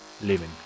living